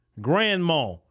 grandma